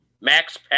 Max